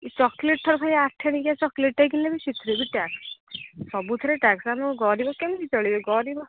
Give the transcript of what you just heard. ଚକୋଲେଟ୍ଟା ଭାଇ ଆଠେଣୀକିଆ ଚକଲେଟ୍ଟାଏ କିଣିଲେ ବି ସେଥିରେ ବି ଟ୍ୟାକ୍ସ୍ ସବୁଥିରେ ଟ୍ୟାକ୍ସ୍ ଆମ ଗରିବ କେମିତି ଚଳିବେ ଗରିବ